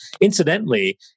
Incidentally